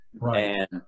Right